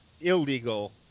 illegal